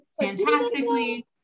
fantastically